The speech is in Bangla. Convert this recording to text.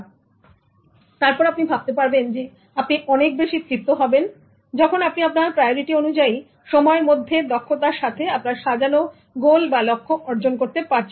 তারপর আপনি ভাবতে পারবেন যে আপনি অনেক বেশি তৃপ্ত হবেন যখন আপনি আপনার প্রাইওরিটি অনুযায়ী সময়ের মধ্যে দক্ষতার সাথে আপনার সাজানো গোল অর্জন করতে পারবেন